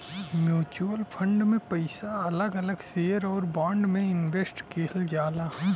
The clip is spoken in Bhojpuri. म्युचुअल फंड में पइसा अलग अलग शेयर आउर बांड में इनवेस्ट किहल जाला